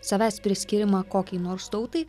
savęs priskyrimą kokiai nors tautai